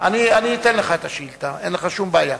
אני אתן לך את השאילתא, אין שום בעיה.